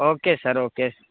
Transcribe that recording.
okay sir okay